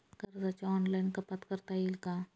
कर्जाची ऑनलाईन कपात करता येईल का?